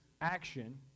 action